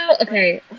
okay